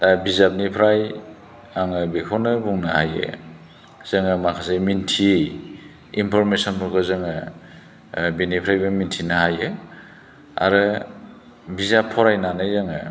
दा बिजाबनिफ्राय आङो बेखौनो बुंनो हायो जोङो माखासे मोन्थियि इनफरमेसनफोरखौ जोङो बिनिफ्रायबो मिथिनो हायो आरो बिजाब फरायनानै आङो